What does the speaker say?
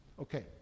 Okay